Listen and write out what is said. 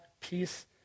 peace